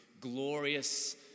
glorious